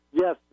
Yes